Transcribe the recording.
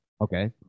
Okay